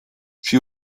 she